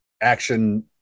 action